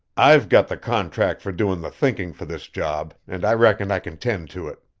i've got the contract for doing the thinking for this job, and i reckon i can tend to it.